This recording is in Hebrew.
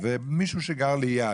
ומישהו שגר ליד,